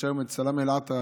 יש היום את סלאמה אל-אטרש,